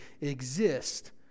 exist